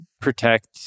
protect